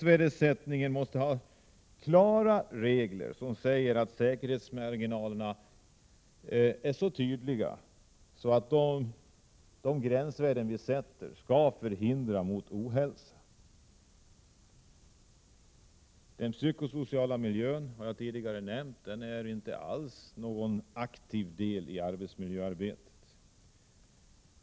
Vi måste ha klara regler, som gör att säkerhetsmarginalerna är så tydliga att de gränsvärden vi sätter kan förhindra ohälsa. Den psykosociala miljön har jag tidigare nämnt. Den är inte alls någon aktiv del i arbetsmiljöarbetet.